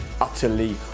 utterly